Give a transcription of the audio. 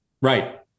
Right